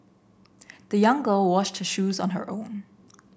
the young girl washed her shoes on her own